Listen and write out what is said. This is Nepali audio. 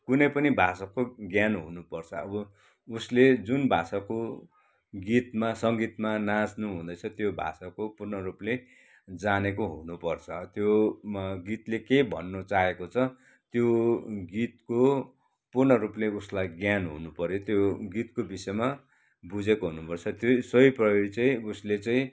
कुनै पनि भाषाको ज्ञान हुनुपर्छ अब उसले जुन भाषाको गीतमा सङ्गीतमा नाच्नु हुँदैछ त्यो भाषाको पुर्ण रूपले जानेको हुनुपर्छ त्यो गीतले के भन्नु चाहेको छ त्यो गीतको पूर्णरूपले उसलाई ज्ञान हुनुपऱ्यो त्यो गीतको विषयमा बुझेको हुनुपर्छ त्यो सोही प्रकारले उसले चाहिँ